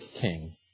king